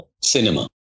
Cinema